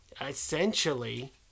Essentially